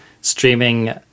streaming